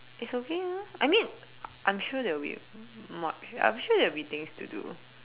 it's okay lah I mean I am sure there will be much I am sure there will be things to do